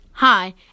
Hi